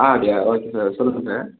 ஆ அப்படியா okay sir சொல்லுங்கள் sir